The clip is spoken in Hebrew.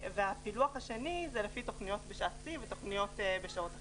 והפילוח השני זה לפי תכניות בשעת שיא ותכניות בשעות אחרות,